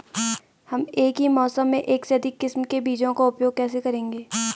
हम एक ही मौसम में एक से अधिक किस्म के बीजों का उपयोग कैसे करेंगे?